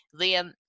Liam